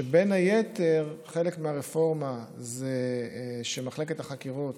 ובין היתר, חלק מהרפורמה היא שמחלקת החקירות